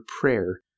prayer